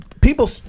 people